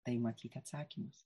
tai matyt atsakymuose